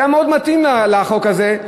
שהיה מאוד מתאים לחוק הזה,